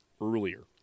earlier